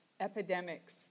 epidemics